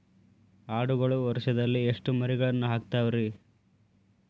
ಆಡುಗಳು ವರುಷದಲ್ಲಿ ಎಷ್ಟು ಮರಿಗಳನ್ನು ಹಾಕ್ತಾವ ರೇ?